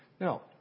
Now